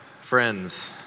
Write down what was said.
Friends